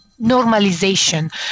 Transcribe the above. normalization